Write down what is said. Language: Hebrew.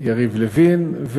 יריב לוין.